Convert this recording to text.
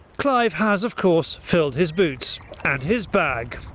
clive has of course filled his boots and his bag.